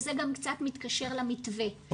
וזה קצת מתקשר למתווה,